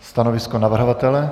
Stanovisko navrhovatele?